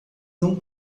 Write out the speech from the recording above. não